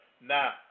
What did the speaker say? now